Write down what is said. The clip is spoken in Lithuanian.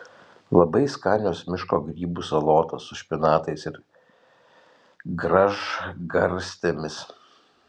labai skanios miško grybų salotos su špinatais ir gražgarstėmis